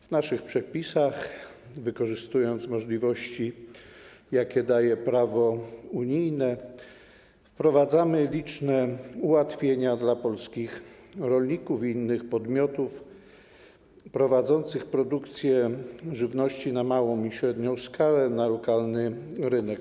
W naszych przepisach, wykorzystując możliwości, jakie daje prawo unijne, wprowadzamy liczne ułatwienia dla polskich rolników i innych podmiotów prowadzących produkcję żywności na małą i średnią skalę na lokalny rynek.